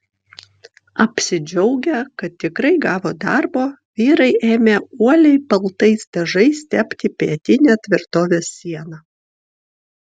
apsidžiaugę kad tikrai gavo darbo vyrai ėmė uoliai baltais dažais tepti pietinę tvirtovės sieną